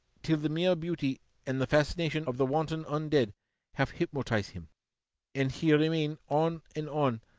till the mere beauty and the fascination of the wanton un-dead have hypnotise him and he remain on and on,